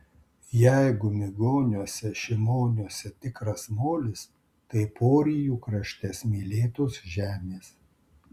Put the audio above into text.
jeigu migoniuose šimoniuose tikras molis tai porijų krašte smėlėtos žemės